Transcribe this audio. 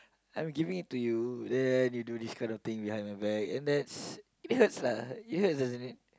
I'm giving it to you then you do this kind of thing behind my back and that's it hurt ah it hurts doesn't it